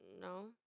No